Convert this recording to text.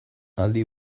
aldi